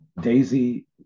Daisy